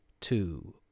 two